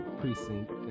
precinct